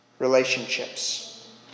Relationships